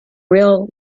real